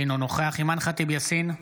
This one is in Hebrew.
אינו נוכח אימאן ח'טיב יאסין,